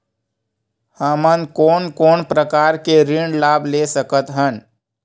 हमन कोन कोन प्रकार के ऋण लाभ ले सकत हन?